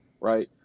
right